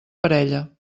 parella